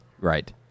Right